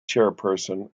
chairperson